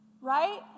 Right